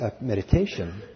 meditation